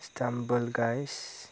stumble गायस